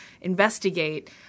investigate